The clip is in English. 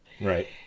Right